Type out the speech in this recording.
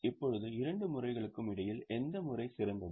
இப்போது இரண்டு முறைகளுக்கு இடையில் எந்த முறை சிறந்தது